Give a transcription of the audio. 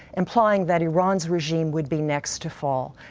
implying that iran's regime would be next to fall.